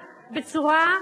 תודה.